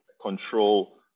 control